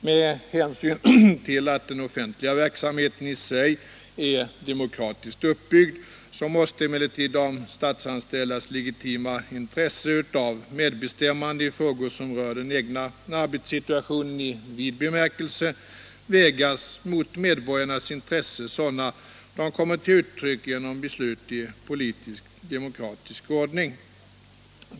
Med hänsyn till att den offentliga verksamheten i sig är demokratiskt uppbyggd måste emellertid de statsanställdas legitima intresse av medbestämmande i frågor som rör den egna arbetssituationen i vid bemärkelse vägas mot medborgarnas intressen sådana de kommer till uttryck genom beslut i politiskt demokratisk ordning.